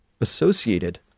associated